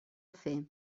fer